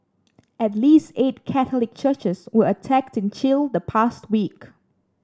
at least eight Catholic churches were attacked in Chile the past week